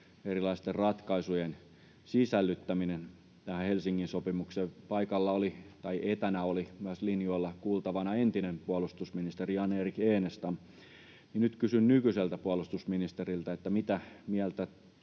erilaisten ratkaisujen sisällyttäminen tähän Helsingin sopimukseen. Paikalla oli, tai etänä oli, myös linjoilla kuultavana entinen puolustusministeri Jan-Erik Enestam, ja nyt kysyn nykyiseltä puolustusministeriltä: mitä mieltä